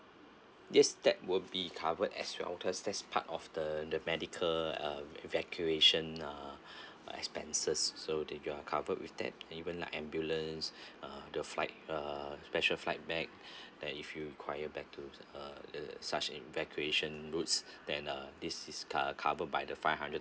yes that will be covered as well thus that's part of the the medical uh evacuation uh expenses so that you are covered with that even like ambulance uh the flight uh special flight back that if you require back to uh uh such evacuation routes then uh this is cov~ cover by the five hundred